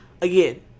Again